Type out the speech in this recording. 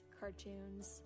cartoons